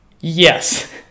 yes